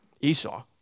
Esau